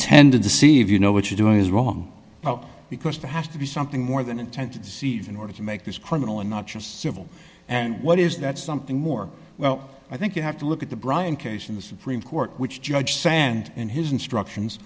deceive you know what you're doing is wrong because there has to be something more than intent to deceive in order to make this criminal and not just civil and what is that something more well i think you have to look at the bryant case in the supreme court which judge sand in his instructions